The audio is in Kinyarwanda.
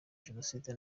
jenoside